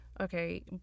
Okay